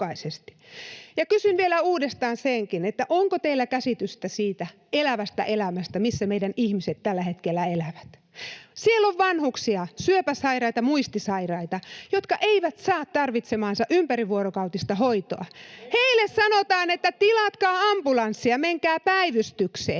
Ja kysyn vielä uudestaan senkin, onko teillä käsitystä siitä elävästä elämästä, missä meidän ihmiset tällä hetkellä elävät. Siellä on vanhuksia, syöpäsairaita, muistisairaita, jotka eivät saa tarvitsemaansa ympärivuorokautista hoitoa. [Antti Kurvisen välihuuto] Heille sanotaan, että tilatkaa ambulanssi ja menkää päivystykseen,